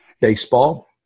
baseball